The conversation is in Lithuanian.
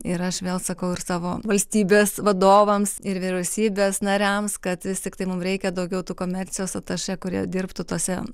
ir aš vėl sakau ir savo valstybės vadovams ir vyriausybės nariams kad vis tiktai mum reikia daugiau tų komercijos atašė kurie dirbtų tose